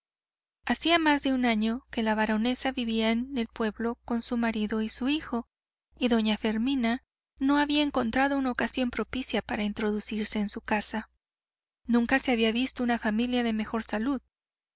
hacía más de un año que la baronesa vivía en el pueblo con su marido y su hijo y doña fermina no había encontrado una ocasión propicia para introducirse en su casa nunca se había visto una familia de mejor salud